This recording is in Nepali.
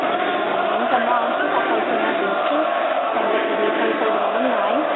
ए हुन्छ म आउँछु तपाईँसित भेट्छु त्यहाँबाटखेरि कन्सल्ट गरौँ न है